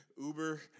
uber